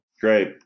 Great